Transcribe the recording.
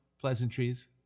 Pleasantries